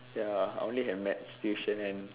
ya I only had maths tuition and